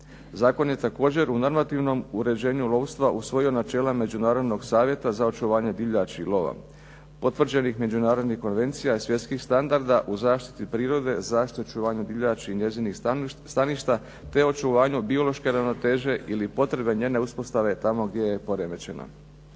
Zakon je također u normativnom uređenju lovstva usvojio načela međunarodnog savjeta za očuvanje divljači i lova potvrđenih međunarodnih konvencija i svjetskih standarda u zaštiti prirode, zaštiti i očuvanju divljači i njezinih staništa, te očuvanju biološke ravnoteže ili potrebe njezine uspostave tamo gdje je poremećeno.